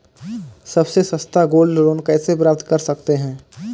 सबसे सस्ता gold loan कैसे प्राप्त कर सकते हैं?